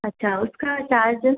अच्छा उसका चार्ज